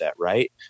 right